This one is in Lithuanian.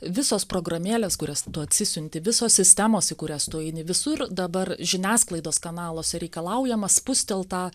visos programėlės kurias tu atsisiunti visos sistemos į kurias tu eini visur dabar žiniasklaidos kanaluose reikalaujama spustelt tą